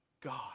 God